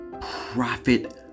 Profit